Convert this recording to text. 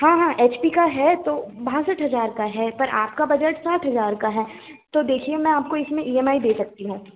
हाँ हाँ एचपी का है तो बासठ हज़ार का है और आपका बजट साठ हज़ार का है तो देखिए मैं आपको इसमें ईएमआई दे सकती हूं